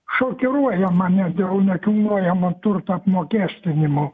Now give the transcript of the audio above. šokiruoja mane dėl nekilnojamo turto apmokestinimo